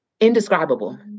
indescribable